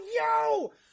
yo